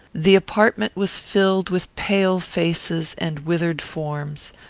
the apartment was filled with pale faces and withered forms.